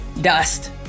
dust